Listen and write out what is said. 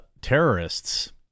terrorists